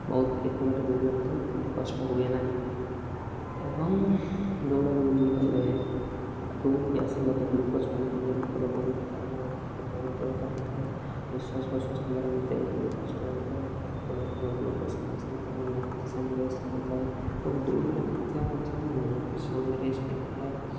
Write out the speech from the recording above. ବହୁତ ଏତେ ବାଟ ଦୌଡ଼ିଲେ ମଧ୍ୟ ମଓତେ ଏତେ କଷ୍ଟ ହୁଏ ନାହିଁ ଏବଂ ଦୌଡ଼ାଦୌଡ଼ି କଲେ ଦୌଡ଼ିକି ଆସି ମୋତେ ଗ୍ଲୁକୋଜ୍ ପାଣି ପିଇବାକୁ ପଡ଼େ ବହୁତ କାରଣ ବହୁତ ଦେହ ଥକିଥାଏ ନିଶ୍ଵାସ ପ୍ରଶ୍ଵାସ ନେବାରେ ମୋତେ ଟିକେ କଷ୍ଟ ହୋଇଥାଏ ତେଣୁ ଗ୍ଲୁକୋଜ୍ ପାଣି ସହିତ ମୁଁ କିଛି ସମୟ ରେଷ୍ଟ କରିଥାଏ ଏବଂ ଦୌଡ଼ିଲା ମଧ୍ୟ ମଧ୍ୟ ମୁଁ କିଛି ସମୟ ରେଷ୍ଟ ନେଇଥାଏ